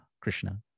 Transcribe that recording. Krishna